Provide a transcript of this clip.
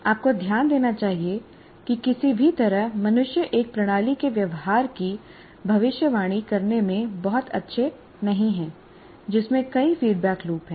आपको ध्यान देना चाहिए कि किसी भी तरह मनुष्य एक प्रणाली के व्यवहार की भविष्यवाणी करने में बहुत अच्छे नहीं हैं जिसमें कई फीडबैक लूप हैं